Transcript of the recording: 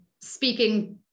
speaking